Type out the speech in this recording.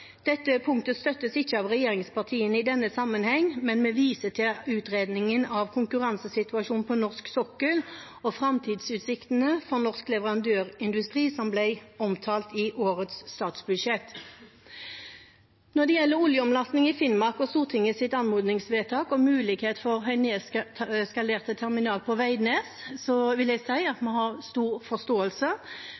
Dette punktet støttes ikke av regjeringspartiene i denne sammenheng, men vi viser til utredningen av konkurransesituasjonen på norsk sokkel og framtidsutsiktene for norsk leverandørindustri, som ble omtalt i årets statsbudsjett. Når det gjelder oljeomlasting i Finnmark og Stortingets anmodningsvedtak om muligheten for en nedskalert terminal på Veidnes,